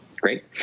Great